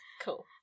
Cool